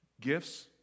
gifts